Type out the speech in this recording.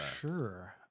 sure